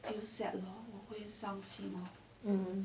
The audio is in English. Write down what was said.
hmm